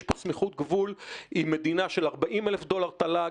יש סמיכות גבול עם מדינה של 40,000 דולר תל"ג,